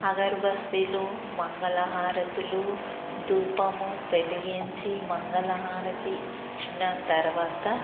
అగరుబత్తీలు మంగళ హారతులు ధూపము వెలిగించి మంగళ హారతి ఇచ్చిన తర్వాత